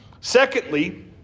Secondly